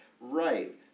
Right